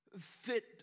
Fit